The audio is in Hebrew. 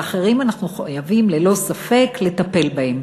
ואחרים אנחנו חייבים ללא ספק לטפל בהם.